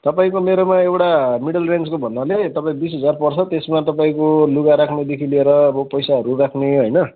तपाईँको मेरोमा एउटा मिडल रेन्जको भन्दा पनि तपाईँ बिस हजार पर्छ त्यसमा तपाईँको लुगा राख्नेदेखि लिएर अब पैसाहरू राख्ने होइन